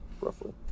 roughly